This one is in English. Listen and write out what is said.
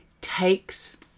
takes